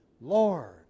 Lord